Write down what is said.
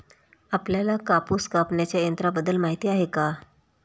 आपल्याला कापूस कापण्याच्या यंत्राबद्दल माहीती आहे का?